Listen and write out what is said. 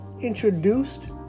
introduced